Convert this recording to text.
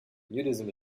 nudism